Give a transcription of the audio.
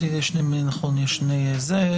הצבעה אושר.